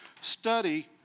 Study